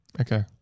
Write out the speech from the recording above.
okay